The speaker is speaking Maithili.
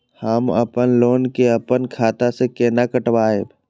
हम अपन लोन के अपन खाता से केना कटायब?